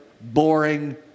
boring